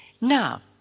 Now